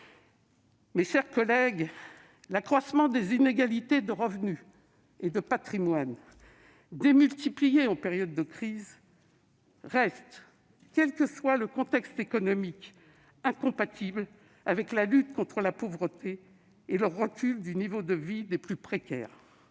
Mes chers collègues, l'accroissement des inégalités de revenus et de patrimoine, démultipliées en période de crise, reste, quel que soit le contexte économique, incompatible avec la lutte contre la pauvreté et contre le recul du niveau de vie des plus précaires.